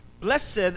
Blessed